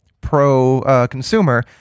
pro-consumer